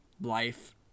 life